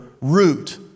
root